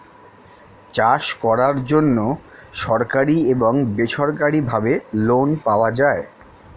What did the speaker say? চাষ করার জন্য সরকারি এবং বেসরকারিভাবে লোন পাওয়া যায়